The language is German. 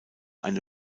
eine